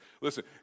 Listen